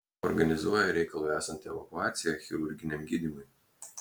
organizuoja reikalui esant evakuaciją chirurginiam gydymui